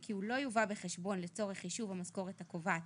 כי הוא לא יובא בחשבון לצורך חישוב המשכורת הקובעת